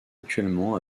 actuellement